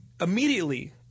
immediately